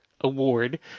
Award